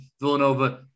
Villanova